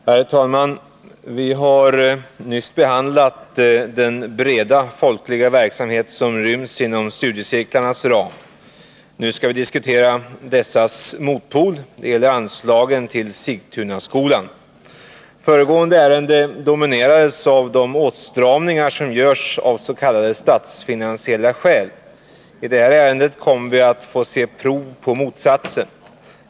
Herr talman! Vi har nyss behandlat frågan om den breda folkliga verksamhet som ryms inom studiecirklarnas ram. Nu skall vi diskutera dessas motpol. Det gäller då anslagen till Sigtunaskolans AB. Debatten beträffande föregående ärende dominerades av de åtstramningar som görs av s.k. statsfinansiella skäl. När det gäller detta ärende kommer vi att få se prov på motsatsen.